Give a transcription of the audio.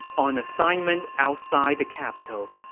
on assignment outside the capital,